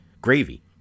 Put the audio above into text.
gravy